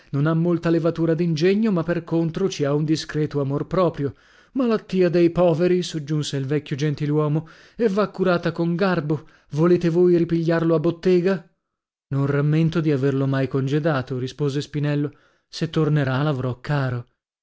non ha molta levatura d'ingegno ma per contro ci ha un discreto amor proprio malattia dei poveri soggiunse il vecchio gentiluomo e va curata con garbo volete voi ripigliarlo a bottega non rammento di averlo mai congedato rispose spinello se tornerà l'avrò caro